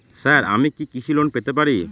Sir আমি কি কৃষি লোন পেতে পারি?